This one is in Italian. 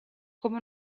come